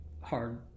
hard